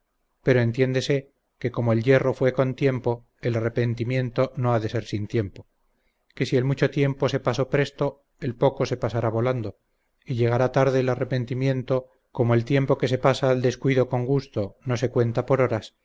pero entiéndese que como el yerro fué con tiempo el arrepentimiento no ha de ser sin tiempo que si el mucho tiempo se pasó presto el poco se pasará volando y llegará tarde el arrepentimiento como el tiempo que se pasa al descuido con gusto no se cuenta por horas